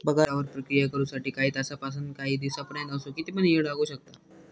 पगारावर प्रक्रिया करु साठी काही तासांपासानकाही दिसांपर्यंत असो किती पण येळ लागू शकता